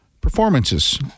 performances